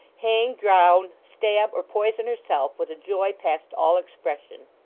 hang, drown, stab, or poison herself, with a joy past all expression.